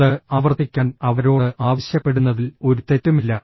അത് ആവർത്തിക്കാൻ അവരോട് ആവശ്യപ്പെടുന്നതിൽ ഒരു തെറ്റുമില്ല